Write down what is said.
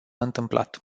întâmplat